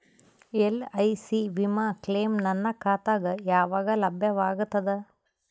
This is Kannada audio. ಎಲ್.ಐ.ಸಿ ವಿಮಾ ಕ್ಲೈಮ್ ನನ್ನ ಖಾತಾಗ ಯಾವಾಗ ಲಭ್ಯವಾಗತದ?